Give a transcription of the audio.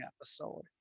episode